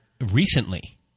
recently